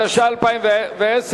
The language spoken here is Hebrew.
התש"ע 2010,